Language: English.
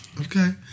Okay